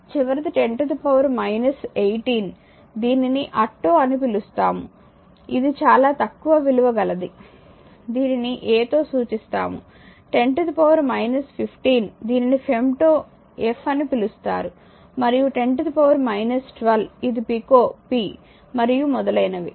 చివరిది 10 18 దీనిని అట్టో అని పిలుస్తాము ఇది చాలా తక్కువ విలువ కలది దీనిని a తో సూచిస్తాము 10 15 దీనిని ఫెమ్టో f అని పిలుస్తారు మరియు 10 12 ఇది పికో p మరియు మొదలైనవి